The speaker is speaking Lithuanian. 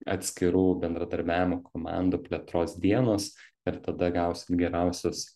atskirų bendradarbiavimo komandų plėtros dienos ir tada gausit geriausius